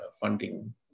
funding